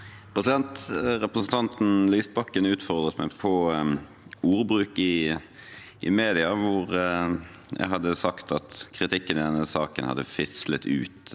Representanten Lys- bakken utfordret meg på ordbruk i media, hvor jeg hadde sagt at kritikken i denne saken «hadde fislet ut».